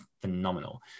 phenomenal